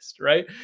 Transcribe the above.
Right